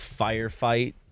Firefight